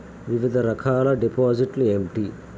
వివిధ రకాల డిపాజిట్లు ఏమిటీ?